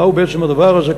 מהו בעצם הדבר הזה?